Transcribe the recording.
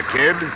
kid